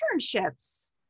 internships